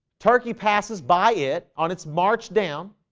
turkey passes by it on its march down